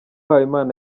habimana